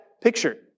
picture